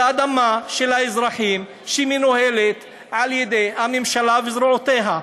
זו אדמה של האזרחים שמנוהלת על ידי הממשלה וזרועותיה.